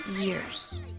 years